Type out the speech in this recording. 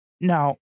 Now